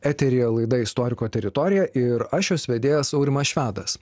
eteryje laida istoriko teritorija ir aš jos vedėjas aurimas švedas